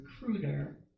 recruiter